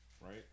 Right